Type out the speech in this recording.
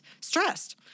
stressed